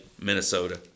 Minnesota